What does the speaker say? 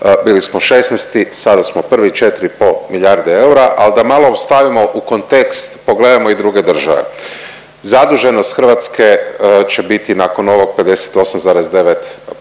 bili smo 16., sada smo prvi 4,5 milijarde eura, al da malo stavimo u kontekst pogledamo i druge države. Zaduženost Hrvatske će biti nakon ovog 58,9%